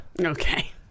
Okay